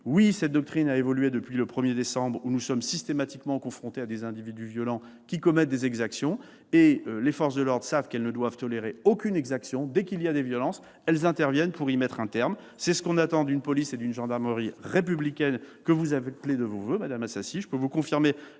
Oui, cette doctrine a évolué depuis le 1 décembre, date à partir de laquelle nous avons été systématiquement confrontés à des individus violents qui commettent des exactions ! Les forces de l'ordre savent qu'elles ne doivent en tolérer aucune. Dès qu'il y a des violences, elles interviennent pour y mettre un terme. C'est ce qu'on attend d'une police et d'une gendarmerie républicaines, que vous appelez de vos voeux, madame Assassi.